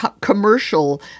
commercial